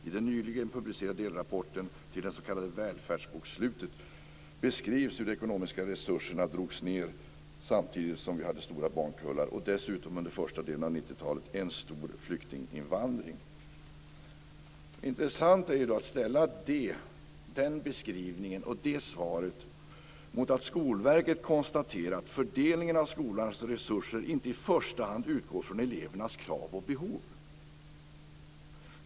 I den nyligen publicerade delrapporten till det s.k. Välfärdsbokslutet beskrivs hur de ekonomiska resurserna drogs ned samtidigt som vi hade stora barnkullar och dessutom under första delen av 90 talet en stor flyktinginvandring." Det är intressant att ställa den beskrivningen och det svaret mot att Skolverket konstaterar att fördelningen av skolans resurser inte i första hand utgår från elevernas krav och behov.